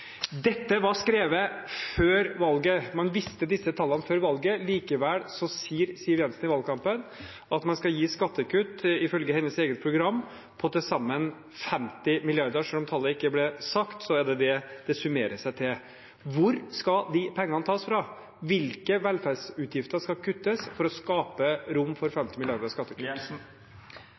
Dette ble skrevet før valget. Man visste om disse tallene før valget. Likevel sier Siv Jensen i valgkampen at man skal gi skattekutt, ifølge hennes eget program, på til sammen 50 mrd. kr. Selv om tallet ikke ble sagt, så summerer det seg til det. Hvor skal de pengene tas fra? Hvilke velferdsutgifter skal kuttes for å skape rom for 50